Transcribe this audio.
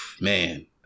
man